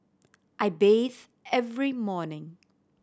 I bathe every morning